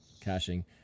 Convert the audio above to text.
caching